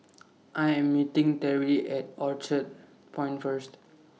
I Am meeting Teri At Orchard Point First